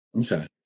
Okay